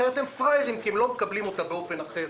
אחרת הם פראיירים כי הם לא מקבלים אותה באופן אחר.